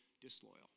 disloyal